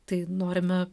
tai norime